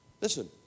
Listen